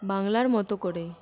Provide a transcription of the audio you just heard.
বাংলার মতো করে